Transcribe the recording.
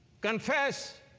Confess